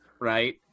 right